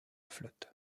flotte